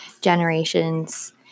generations